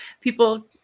people